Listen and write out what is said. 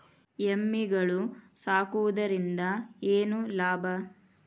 ಎಮ್ಮಿಗಳು ಸಾಕುವುದರಿಂದ ಏನು ಲಾಭ?